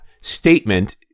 statement